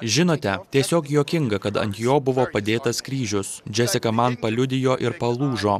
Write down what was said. žinote tiesiog juokinga kad ant jo buvo padėtas kryžius džesika man paliudijo ir palūžo